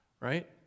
right